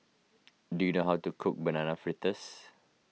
do you know how to cook Banana Fritters